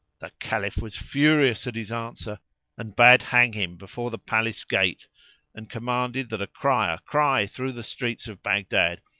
the caliph was furious at his answer and bade hang him before the palace-gate and commanded that a crier cry through the streets of baghdad,